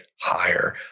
higher